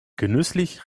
genüsslich